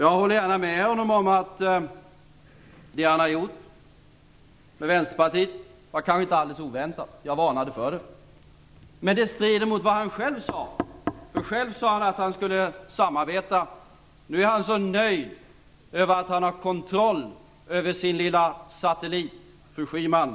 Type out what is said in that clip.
Jag håller gärna med honom om att det som han har gjort för Vänsterpartiet kanske inte var alldeles oväntat - jag varnade för det - men det strider mot vad han själv sade. Han sade att han skulle samarbeta, men nu är han så nöjd med att han har kontroll över sin lilla satellit, fru Schyman.